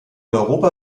europa